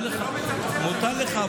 מותר לך, מותר לכך.